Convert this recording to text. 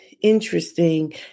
interesting